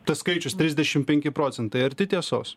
tas skaičius trisdešim penki procentai arti tiesos